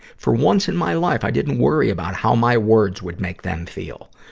for once in my life, i didn't worry about how my words would make them feel.